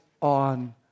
on